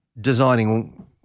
designing